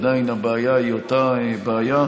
עדיין הבעיה היא אותה בעיה,